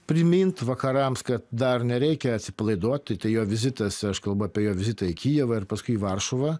primint vakarams kad dar nereikia atsipalaiduot tai jo vizitas aš kalbu apie jo vizitą į kijevą ir paskui į varšuvą